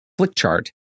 flickchart